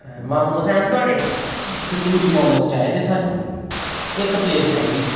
मोमोस हैन न थुआढ़े तंदुरी मोमोस चाहिदे सानूं इक प्लेट चाहिदी